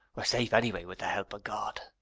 we're safe anyway with the help of god.